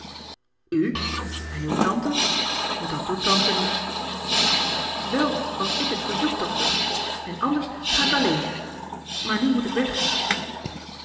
en uw tante dat doet tante niet wel als ik het verzoek dokter en anders ga ik alleen maar nu moet ik weg